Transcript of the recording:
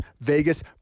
Vegas